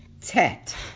Tet